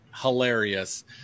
Hilarious